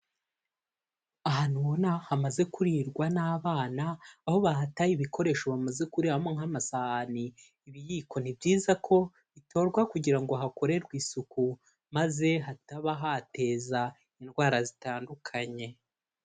Ahantu ubona hamaze kurirwa n'abana, aho bahataye ibikoresho bamaze kuriramo nk'amasahani, ibiyiko, nibyiza ko bitorwa kugira ngo hakorerwe isuku maze hataba hateza indwara zitandukanye.